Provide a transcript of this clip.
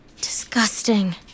Disgusting